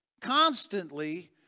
constantly